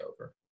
over